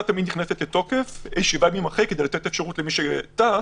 נכנסת לתוקף שבעה ימים אחרי כדי לתת אפשרות למי שטס,